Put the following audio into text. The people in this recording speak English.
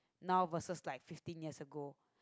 now versus like fifteen years ago